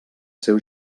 seu